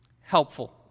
helpful